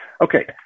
Okay